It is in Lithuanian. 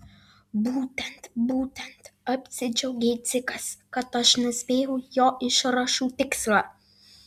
būtent būtent apsidžiaugė dzikas kad aš nuspėjau jo išrašų tikslą